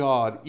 God